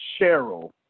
Cheryl